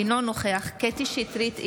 אינו נוכח קטי קטרין שטרית,